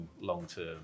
long-term